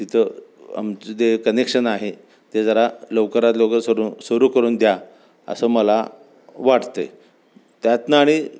तिथं आमचं जे कनेक्शन आहे ते जरा लवकरात लवकर सरू सुरू करून द्या असं मला वाटत आहे त्यातून आणि